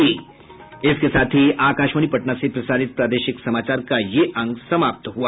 इसके साथ ही आकाशवाणी पटना से प्रसारित प्रादेशिक समाचार का ये अंक समाप्त हुआ